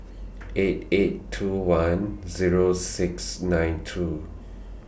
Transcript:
eight eight two one Zero six nine two